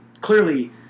Clearly